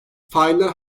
failler